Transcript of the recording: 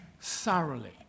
thoroughly